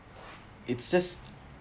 it just